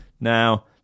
now